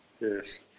Yes